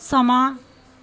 ਸਮਾਂ